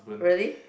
really